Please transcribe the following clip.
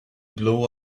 blow